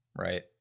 Right